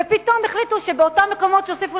ופתאום החליטו שבאותם מקומות שהוסיפו